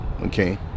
okay